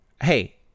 hey